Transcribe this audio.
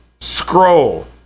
scroll